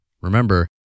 Remember